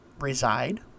reside